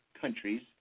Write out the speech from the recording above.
countries